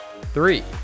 three